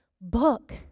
book